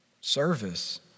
Service